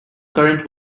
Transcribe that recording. current